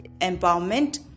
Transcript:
Empowerment